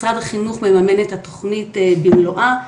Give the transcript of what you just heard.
משרד החינוך מממן את התוכנית במלואה.